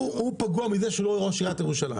הוא פגוע מזה שהוא לא היה ראש עירית ירושלים.